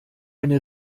eine